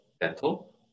dental